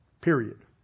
period